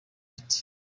night